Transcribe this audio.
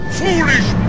Foolish